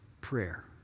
prayer